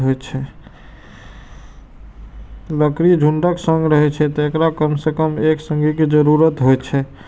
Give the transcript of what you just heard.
बकरी झुंडक संग रहै छै, तें ओकरा कम सं कम एक संगी के जरूरत होइ छै